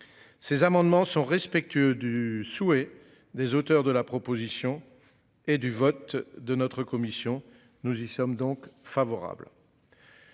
Ces amendements sont respectueux du souhait des auteurs de la proposition. Et du vote de notre commission, nous y sommes donc favorables.